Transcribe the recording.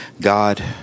God